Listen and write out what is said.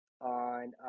on